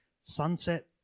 sunset